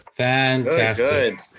Fantastic